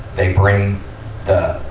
they bring the,